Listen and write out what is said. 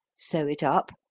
sew it up,